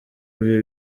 bihe